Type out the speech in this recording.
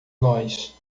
nós